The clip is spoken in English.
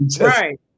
right